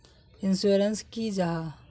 Insurance की जाहा?